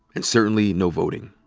and certainly no voting.